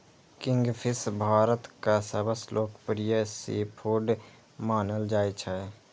kingfish भारतक सबसं लोकप्रिय सीफूड मानल जाइ छै